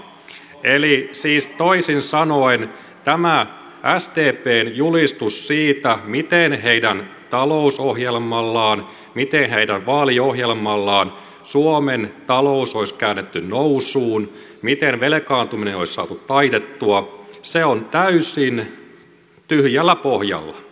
eli siis toisin sanoen tämä sdpn julistus siitä miten heidän talousohjelmallaan miten heidän vaaliohjelmallaan suomen talous olisi käännetty nousuun miten velkaantuminen olisi saatu taitettua on täysin tyhjällä pohjalla täysin höttöä